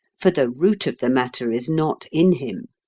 for the root of the matter is not in him.